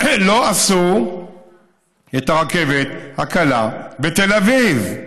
לא עשו את הרכבת הקלה בתל אביב.